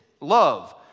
love